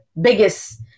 biggest